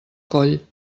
coll